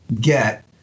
get